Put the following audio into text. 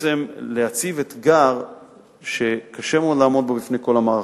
בעצם להציב אתגר שקשה מאוד לעמוד בו בפני כל המערכות.